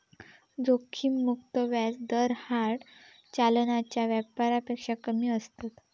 जोखिम मुक्त व्याज दर हार्ड चलनाच्या व्यापारापेक्षा कमी असता